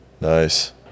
nice